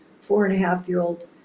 Four-and-a-half-year-old